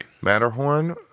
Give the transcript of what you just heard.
Matterhorn